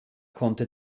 konnte